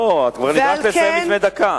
לא, את כבר התבקשת לסיים לפני דקה.